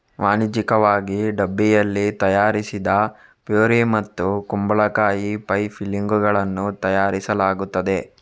ವಾಣಿಜ್ಯಿಕವಾಗಿ ಡಬ್ಬಿಯಲ್ಲಿ ತಯಾರಿಸಿದ ಪ್ಯೂರಿ ಮತ್ತು ಕುಂಬಳಕಾಯಿ ಪೈ ಫಿಲ್ಲಿಂಗುಗಳನ್ನು ತಯಾರಿಸಲಾಗುತ್ತದೆ